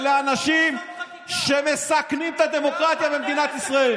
אלה אנשים שמסכנים את הדמוקרטיה במדינת ישראל.